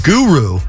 Guru